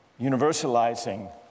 universalizing